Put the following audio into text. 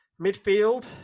Midfield